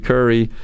Curry